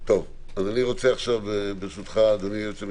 ברשותך אדוני היועץ המשפטי,